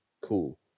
cool